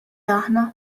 aħna